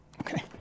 okay